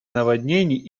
наводнений